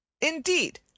Indeed